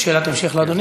שאלת המשך?